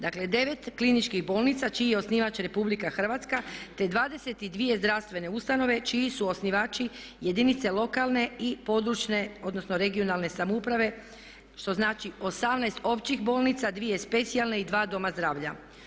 Dakle 9 kliničkih bolnica čiji je osnivač RH, te 22 zdravstvene ustanove čiji su osnivači jedinice lokalne i područne odnosno regionalne samouprave što znači 18 općih bolnica, dvije specijalne i 2 doma zdravlja.